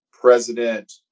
president